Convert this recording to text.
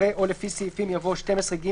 אחרי "או לפי סעיפים" יבוא "12ג,